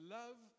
love